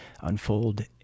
unfold